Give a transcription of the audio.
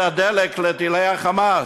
את הדלק לטילי ה"חמאס".